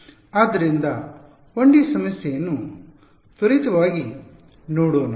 ಆದ್ದರಿಂದ ನಾವು 1ಡಿ ಸಮಸ್ಯೆಯನ್ನು ತ್ವರಿತವಾಗಿ ನೋಡೋಣ